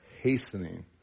hastening